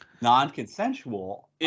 Non-consensual